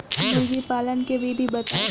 मुर्गी पालन के विधि बताई?